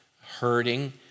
hurting